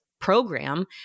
program